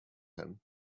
him